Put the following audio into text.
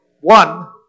one